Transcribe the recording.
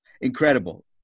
Incredible